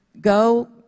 go